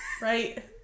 right